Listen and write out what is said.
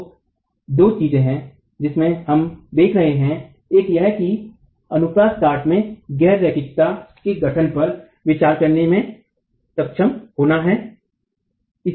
तो दो चीजें हैं जिन्हें हम देख रहे है एक यह कि हमे अनुप्रस्थ काट में गैर रैखिकता के गठन पर विचार करने में सक्षम होना है